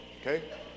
Okay